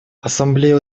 ассамблея